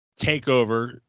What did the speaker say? takeover